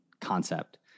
concept